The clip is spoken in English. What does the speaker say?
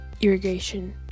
irrigation